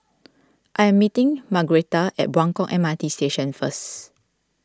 I am meeting Margretta at Buangkok M R T Station first